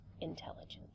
intelligence